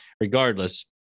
regardless